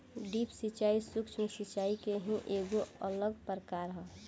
drip सिंचाई, सूक्ष्म सिचाई के ही एगो अलग प्रकार ह